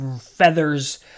feathers